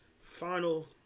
Final